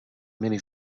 many